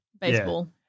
Baseball